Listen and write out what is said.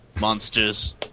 Monsters